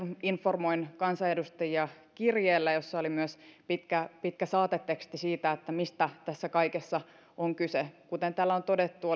informoin kansanedustajia kirjeellä jossa oli myös pitkä pitkä saateteksti siitä mistä tässä kaikessa on kyse kuten täällä on todettu